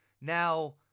Now